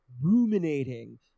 ruminating